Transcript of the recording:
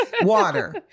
Water